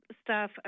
staff